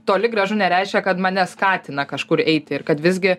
toli gražu nereiškia kad mane skatina kažkur eiti ir kad visgi